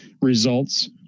results